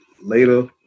later